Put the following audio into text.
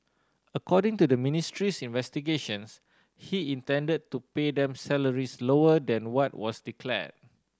according to the ministry's investigations he intended to pay them salaries lower than what was declared